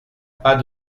pas